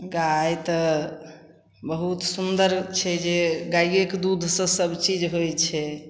गाइ तऽ बहुत सुन्दर छै जे गाइएके दूधसे सबचीज होइ छै